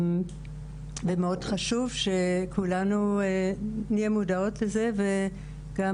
ומאוד חשוב שכולנו נהיה מודעות לזה וגם